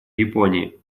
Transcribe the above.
японии